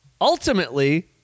ultimately